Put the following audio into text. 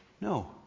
No